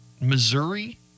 Missouri